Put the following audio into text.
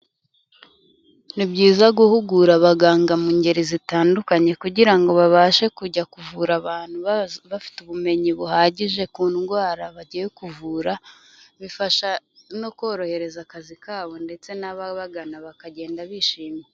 Ni byiza guhugura abaganga mu ngeri zitandukanye kugira ngo babashe kujya kuvura abantu bafite ubumenyi buhagije ku ndwara bagiye kuvura, bifasha no korohereza akazi kabo ndetse n'ababagana bakagenda bishimye.